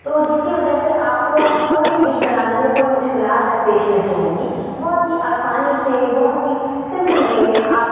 تو جس کی وجہ سے آپ کو کوئی بھی ڈش بنانے میں کوئی مشکلات در پیش نہیں آئیں گی بہت ہی آسانی سے بہت ہی سیمپل وے میں آپ